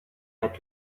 had